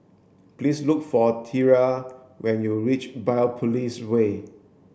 please look for Tyree when you reach Biopolis Way